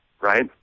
right